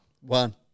One